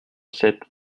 sept